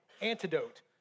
antidote